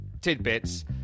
tidbits